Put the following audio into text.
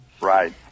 Right